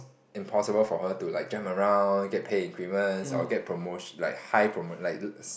impossible for her to like jump around get pay increments or get promo~ like high promo~ like high